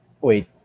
wait